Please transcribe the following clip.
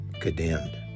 condemned